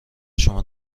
شما